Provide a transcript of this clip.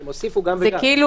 הם הוסיפו גם וגם.